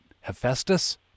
Hephaestus